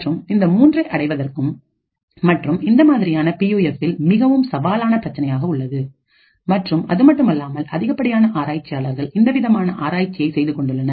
மற்றும் இந்த மூன்றை அடைவதற்கும் மற்றும் இந்த மாதிரியான பியூஎஃப்பில் மிகவும் சவாலான பிரச்சனையாக உள்ளது மற்றும் அதுமட்டுமல்லாமல் அதிகப்படியான ஆராய்ச்சியாளர்கள் இந்தவிதமான ஆராய்ச்சியை செய்துகொண்டுள்ளனர்